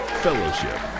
fellowship